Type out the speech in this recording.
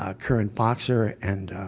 ah current boxer and